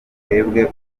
twebwe